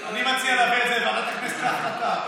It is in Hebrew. אני מציע להעביר את זה לוועדת הכנסת להחלטה.